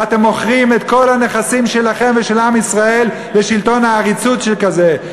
ואתם מוכרים את כל הנכסים שלכם ושל עם ישראל לשלטון עריצות שכזה.